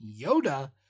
Yoda